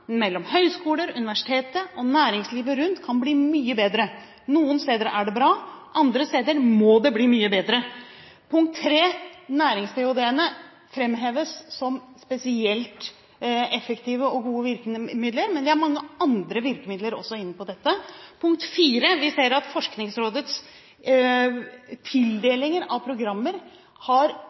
mellom institusjonene, mellom høyskoler, universiteter og næringslivet kan bli mye bedre. Noen steder er det bra, andre steder må det bli mye bedre. Punkt tre: Nærings-ph.d.-ene framheves som spesielt effektive og gode virkemidler, men det er mange andre virkemidler også innenfor dette. Punkt fire: Vi ser at Forskningsrådets tildelinger av programmer har